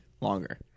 longer